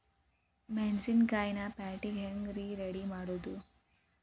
ಮೆಣಸಿನಕಾಯಿನ ಪ್ಯಾಟಿಗೆ ಹ್ಯಾಂಗ್ ರೇ ರೆಡಿಮಾಡೋದು?